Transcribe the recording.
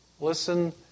Listen